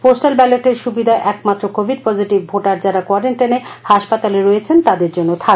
postal ballot এর সুবিধা একমাত্র কোভিড পজিটিভ ভোটার যারা কোয়ারেন্টাইনে হাসপাতালে রয়েছেন তাদের জন্য থাকবে